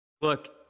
Look